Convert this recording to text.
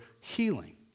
healing